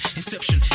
inception